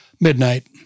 Midnight